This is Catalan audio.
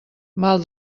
mal